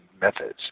methods